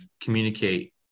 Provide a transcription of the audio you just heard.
communicate